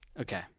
Okay